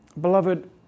beloved